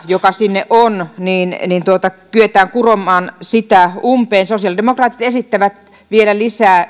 joka sinne on kyetään kuromaan umpeen sosiaalidemokraatit esittävät vielä lisää